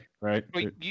Right